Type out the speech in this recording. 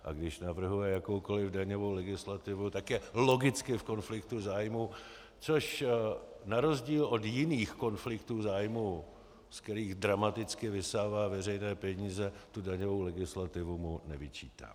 A když navrhuje jakoukoliv daňovou legislativu, tak je logicky v konfliktu zájmů, což na rozdíl od jiných konfliktů zájmů, ze kterých dramaticky vysává veřejné peníze, tu daňovou legislativu mu nevyčítám.